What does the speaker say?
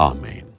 Amen